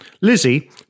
Lizzie